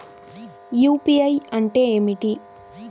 UPI అంటే ఏమిటీ?